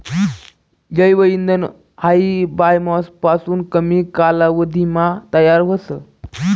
जैव इंधन हायी बायोमास पासून कमी कालावधीमा तयार व्हस